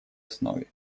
основе